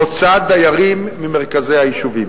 הוצאת דיירים ממרכזי היישובים.